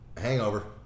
Hangover